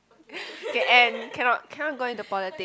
and cannot cannot go into politic